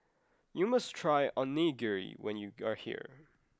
you must try Onigiri when you are here